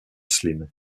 slim